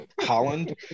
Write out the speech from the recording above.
Holland